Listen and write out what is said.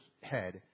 head